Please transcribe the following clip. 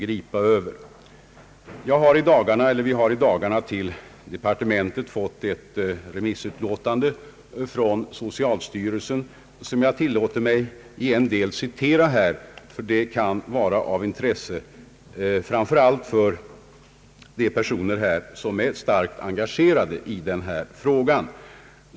Departementet har i dagarna fått ett remissyttrande från socialstyrelsen som jag skall tillåta mig citera en del av, eftersom det kan vara av intresse för dem som är starkt engagerade i denna fråga.